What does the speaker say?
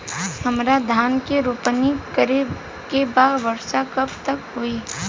हमरा धान के रोपनी करे के बा वर्षा कब तक होई?